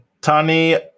Tani